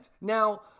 Now